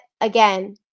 again